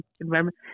environment